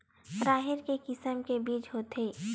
राहेर के किसम के बीज होथे?